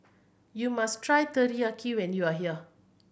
you must try Teriyaki when you are here